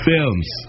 Films